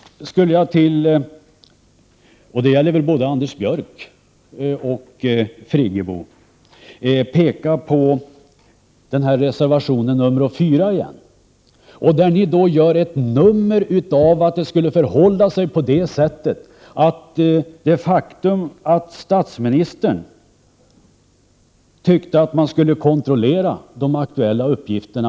Jag vill vidare för både Anders Björck och Birgit Friggebo återigen peka på reservation 4, där ni försöker göra ett nummer av att statsministern tyckte att man skulle kontrollera de aktuella uppgifterna.